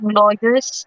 lawyers